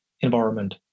environment